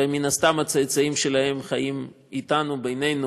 ומן הסתם, הצאצאים שלהם חיים אתנו, בינינו,